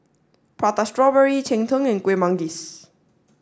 Prata Strawberry Cheng Tng and Kueh Manggis